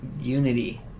unity